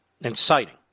Inciting